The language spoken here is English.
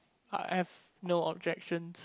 I have no objections